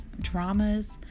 dramas